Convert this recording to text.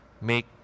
Make